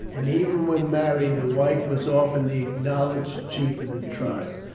and even when married the wife was often the acknowledged chief of the tribe.